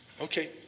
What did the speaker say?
Okay